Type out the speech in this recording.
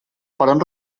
farem